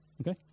Okay